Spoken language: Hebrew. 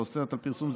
האוסרת פרסום,